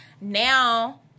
now